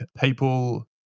people